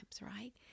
right